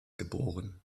geboren